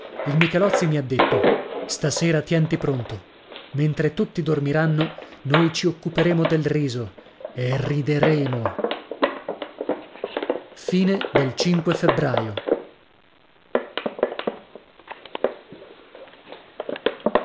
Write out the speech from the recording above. il michelozzi mi ha detto stasera tieni pronto mentre tutti dormiranno noi ci occuperemo del riso e rideremo febbraio